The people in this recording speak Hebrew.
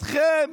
אתכם